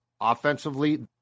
offensively